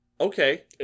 Okay